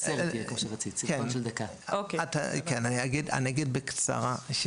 אני אגיד בקצרה: